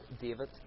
David